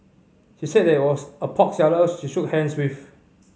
she said that it was a pork seller she shook hands with